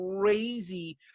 crazy